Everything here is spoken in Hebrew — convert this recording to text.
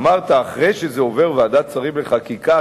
אמרת: אחרי שזה עובר ועדת שרים לחקיקה,